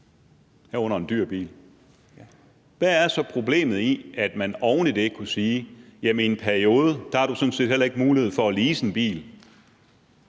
herunder en dyr bil. Hvad er så problemet i, at man oveni det kunne sige, at den kriminelle i en periode på 5 år sådan set heller ikke har mulighed for at lease en bil,